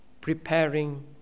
preparing